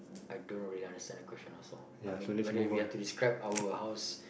I don't really understand the question also I mean whether we are to describe our house